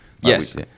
Yes